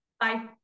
Bye